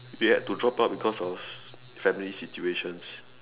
they had to drop out because of family situations